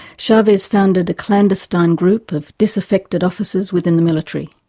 chavez founded a clandestine group of disaffected officers within the military.